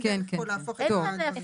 אין דרך פה להפוך את הדברים.